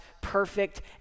perfect